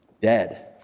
dead